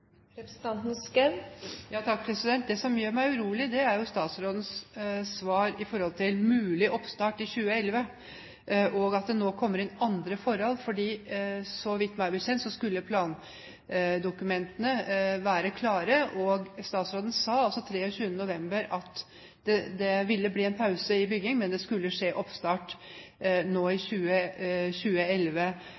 Det som gjør meg urolig, er statsrådens svar i forhold til mulig oppstart i 2011, og at det nå kommer inn andre forhold. Meg bekjent skulle plandokumentene være klare, og statsråden sa altså 23. november at det ville bli en pause i byggingen, men at det skulle skje oppstart nå i